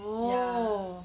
oh